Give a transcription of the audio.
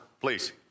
please